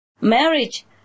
Marriage